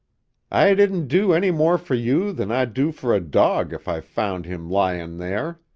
i didn't do any more for you than i'd do for a dog if i found him lyin' there.